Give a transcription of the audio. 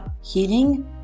healing